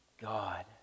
God